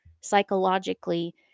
psychologically